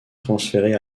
transférée